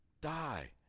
Die